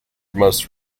most